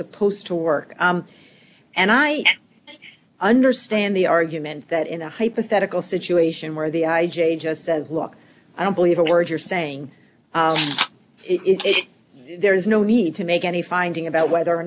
supposed to work and i understand the argument that in a hypothetical situation where the i j a just says look i don't believe a word you're saying it there is no need to make any finding about whether or